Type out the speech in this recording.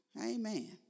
Amen